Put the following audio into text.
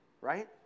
right